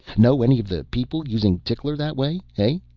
know any of the people using tickler that way, hey?